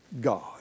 God